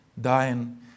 dying